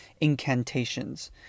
incantations